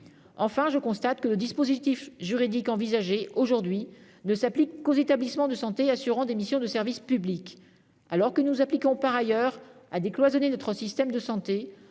Enfin, je constate que le dispositif juridique envisagé aujourd'hui ne s'applique qu'aux établissements de santé assurant des missions de service public. Alors que nous nous appliquons par ailleurs à décloisonner notre système de santé, en